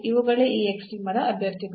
ಇವುಗಳೇ ಈ ಎಕ್ಸ್ಟ್ರೀಮದ ಅಭ್ಯರ್ಥಿಗಳು